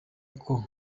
ako